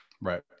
Right